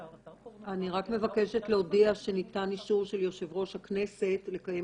אני רק מבקש להודיע שניתן אישור של יושב ראש הכנסת לקיים